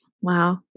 Wow